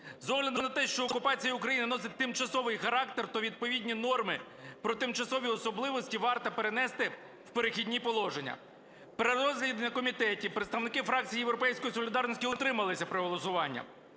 З огляду на те, що окупація України носить тимчасовий характер, то відповідні норми про тимчасові особливості варто перенести в "Перехідні положення". При розгляді на комітеті представники фракції "Європейської солідарності"